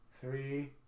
three